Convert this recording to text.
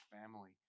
family